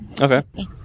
Okay